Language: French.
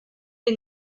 des